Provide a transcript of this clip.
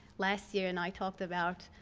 last year. and i talked about